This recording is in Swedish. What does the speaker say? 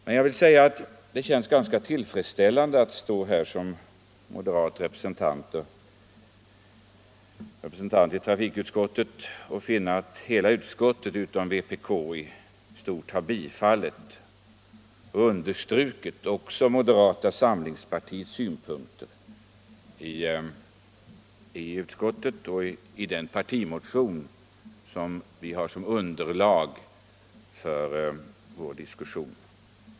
Men jag vill säga att det känns ganska tillfredsställande att stå här som moderat representant i trafikutskottet och finna att hela utskottet utom vpk i stort sett har bifallit och understrukit även moderata samlingspartiets synpunkter i utskottet och i den partimotion som vi har som underlag för vår diskussion.